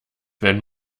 wenn